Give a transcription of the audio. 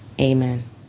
Amen